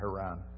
Haran